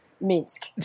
Minsk